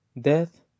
Death